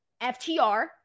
FTR